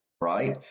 right